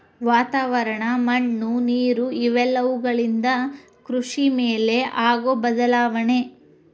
ವಾತಾವರಣ, ಮಣ್ಣು ನೇರು ಇವೆಲ್ಲವುಗಳಿಂದ ಕೃಷಿ ಮೇಲೆ ಆಗು ಬದಲಾವಣೆ